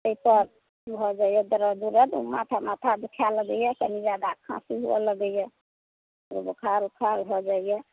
ई सब भऽ जाइया दरद उरद माथा दुखाय लागैया कनी जादा खांसी होअ लगैया बोखार उखार भऽ जाइया